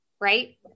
right